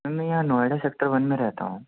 میں یہاں Noida sector one میں رہتا ہوں